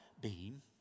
beam